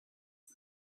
hoe